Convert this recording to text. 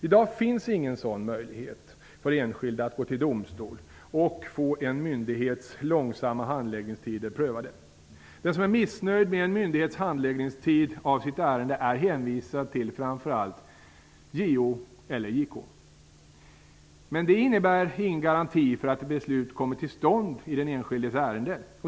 I dag finns ingen generell möjlighet för enskilda att gå till domstol och få en myndighets långsamma handläggningstider prövade. Den som är missnöjd med en myndighets handläggningstid i sitt ärende är hänvisad till framför allt JO och JK. Men det innebär ingen garanti för att beslut kommer till stånd i den enskildes ärende.